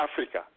Africa